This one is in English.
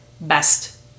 best